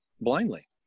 blindly